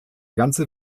ganze